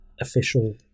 official